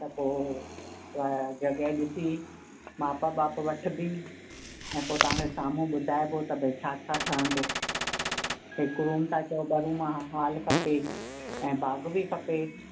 त पोइ त जॻहि ॾिसी माप वाप वठिॿी न पोइ तव्हांखे साम्हू ॿुधाइबो त भाई छा छा ठहंदो हिकु रुम था चओ ॿ रुम आहे हॉल खपे ऐं ॿाग बि खपे